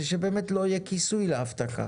זה שבאמת לא יהיה כיסוי להבטחה.